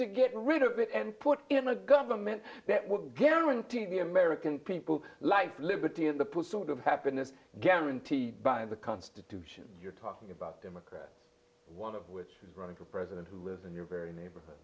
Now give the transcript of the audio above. to get rid of it and put in a government that will guarantee the american people like liberty and the pursuit of happiness guaranteed by the constitution you're talking about democrats one of which is running for president who lives in your very neighborhood